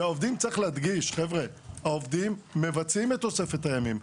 צריך להדגיש, העובדים מבצעים את תוספת הימים.